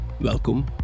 Welcome